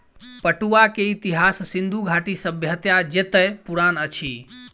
पटुआ के इतिहास सिंधु घाटी सभ्यता जेतै पुरान अछि